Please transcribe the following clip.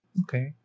Okay